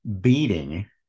beating